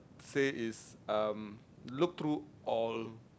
say is um look through all